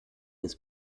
ist